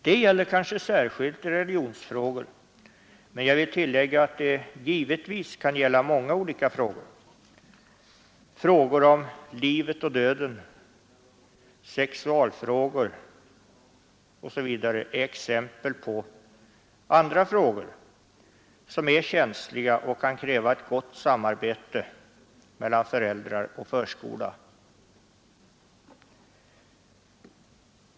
Det gäller kanske särskilt religionsfrågor, men jag vill tillägga att det givetvis kan gälla många olika frågor; frågor om livet och döden, sexualfrågor etc. är exempel på frågor som är känsliga och som kan kräva ett gott samarbete mellan föräldrar och förskola.